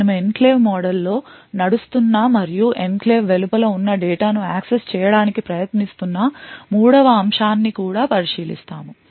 మనము ఎన్క్లేవ్ మోడ్లో నడుస్తున్న మరియు ఎన్క్లేవ్ వెలుపల ఉన్న డేటా ను యాక్సెస్ చేయడానికి ప్రయత్నిస్తున్న మూడవ అంశాన్ని కూడా పరిశీలిస్తాము